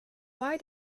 why